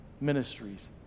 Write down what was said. ministries